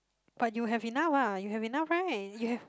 but you have enough what you have enough right you have